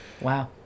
Wow